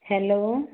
hello